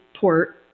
port